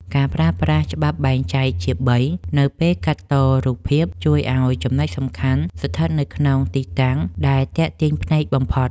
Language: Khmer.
ការប្រើប្រាស់ ច្បាប់បែងចែកជាបី នៅពេលកាត់តរូបភាព ជួយឱ្យចំណុចសំខាន់ស្ថិតនៅក្នុងទីតាំងដែលទាក់ទាញភ្នែកបំផុត។